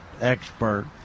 expert